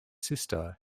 sister